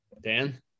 Dan